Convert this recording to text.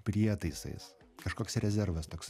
prietaisais kažkoks rezervas toks